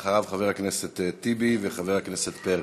אחריו, חבר הכנסת טיבי וחבר הכנסת פרי.